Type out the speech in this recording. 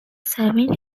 serving